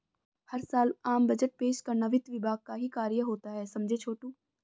हर साल आम बजट पेश करना वित्त विभाग का ही कार्य होता है समझे छोटू